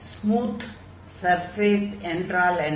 smooth surface என்றால் என்ன